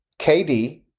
KD